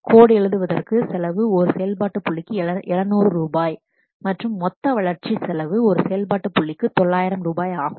code எழுதுவதற்கு செலவு ஒரு செயல்பாட்டு புள்ளிக்கு 700 ரூபாய் மற்றும் மொத்த வளர்ச்சி செலவு ஒரு செயல்பாட்டு புள்ளிக்கு 900 ரூபாய் ஆகும்